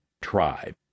tribe